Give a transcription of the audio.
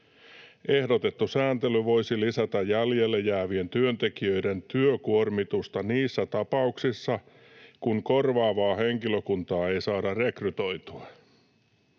Ehdotettu sääntely voisi lisätä jäljelle jäävien työntekijöiden työkuormitusta niissä tapauksissa, kun korvaavaa henkilökuntaa ei saada rekrytoitua.